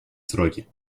сроки